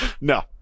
no